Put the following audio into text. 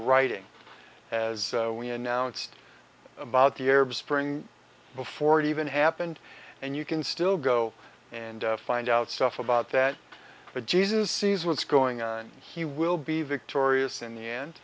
writing as we announced about the arab spring before it even happened and you can still go and find out stuff about that but jesus sees what's going on he will be victorious in the end